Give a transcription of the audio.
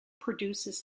produces